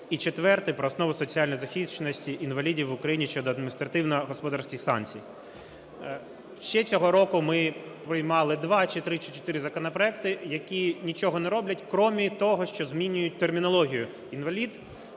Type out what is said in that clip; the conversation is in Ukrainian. І четвертий – про основи соціальної захищеності інвалідів в Україні щодо адміністративно-господарських санкцій. Ще цього року ми приймали два чи три чи чотири законопроекти, які нічого не роблять, крім того, що змінюють термінологію – інвалід